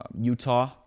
Utah